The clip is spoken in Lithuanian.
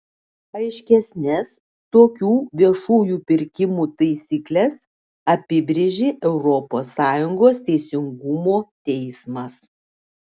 aiškesnes tokių viešųjų pirkimų taisykles apibrėžė europos sąjungos teisingumo teismas